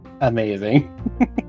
Amazing